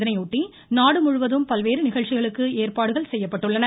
இதையொட்டி நாடு முழுவதும் பல்வேறு நிகழ்ச்சிகளுக்கு ஏற்பாடுகள் செய்யப்பட்டுள்ளன